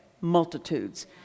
multitudes